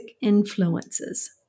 influences